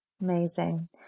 Amazing